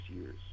years